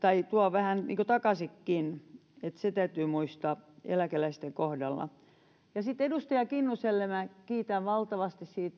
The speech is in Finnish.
vähän niin kuin takaisinkin se täytyy muistaa eläkeläisten kohdalla ja sitten edustaja kinnuselle minä kiitän valtavasti